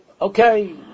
Okay